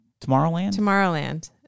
Tomorrowland